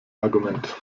argument